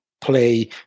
play